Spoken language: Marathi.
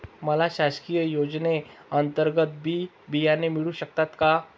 मला शासकीय योजने अंतर्गत बी बियाणे मिळू शकतात का?